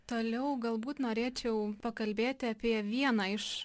toliau galbūt norėčiau pakalbėti apie vieną iš